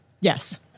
Yes